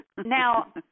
Now